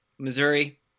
Missouri